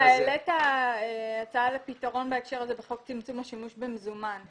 אתה העלית הצעה לפתרון בהקשר הזה בחוק צמצום השימוש במזומן.